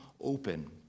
open